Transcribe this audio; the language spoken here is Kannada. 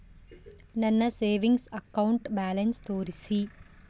ನನ್ನ ಸೇವಿಂಗ್ಸ್ ಅಕೌಂಟ್ ಬ್ಯಾಲೆನ್ಸ್ ತೋರಿಸಿ?